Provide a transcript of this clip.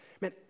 Man